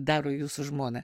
daro jūsų žmona